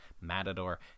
Matador